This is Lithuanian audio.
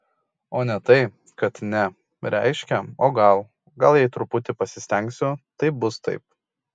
o ne tai kad ne reiškia o gal gal jei truputį pasistengsiu tai bus taip